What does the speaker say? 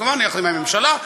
יחד עם הממשלה,